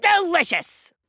delicious